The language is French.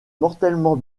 mortellement